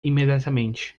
imediatamente